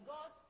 God